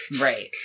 right